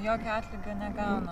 jokio atlygio negauna